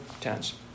tense